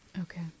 Okay